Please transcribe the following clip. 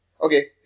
Okay